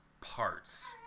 parts